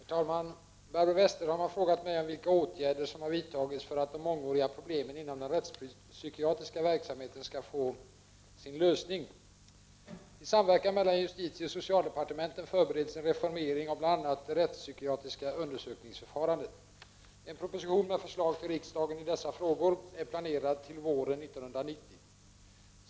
Herr talman! Barbro Westerholm har frågat mig vilka åtgärder som har vidtagits för att de mångåriga problemen inom den rättspsykiatriska verksamheten skall få sin lösning. I samverkan mellan justitieoch socialdepartementen förbereds en reformering av bl.a. det rättspsykiatriska undersökningsförfarandet. En proposition med förslag till riksdagen i dessa frågor är planerad till våren 1990.